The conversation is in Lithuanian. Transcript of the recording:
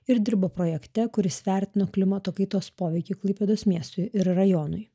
ir dirba projekte kuris vertino klimato kaitos poveikį klaipėdos miestui ir rajonui